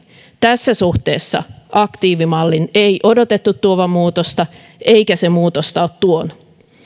tässä suhteessa aktiivimallin ei odotettu tuovan muutosta eikä se muutosta ole tuonut